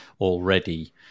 already